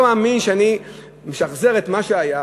אני לא מאמין שאני משחזר את מה שהיה